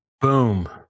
Boom